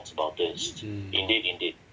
mm